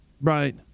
Right